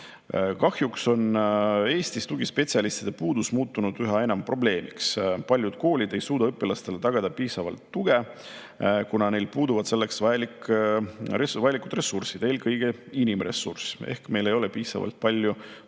Kahjuks on tugispetsialistide puudus muutunud Eestis üha enam probleemiks. Paljud koolid ei suuda õpilastele tagada piisavalt tuge, kuna neil puuduvad selleks ressursid, eelkõige inimressurss. Meil ei ole piisavalt palju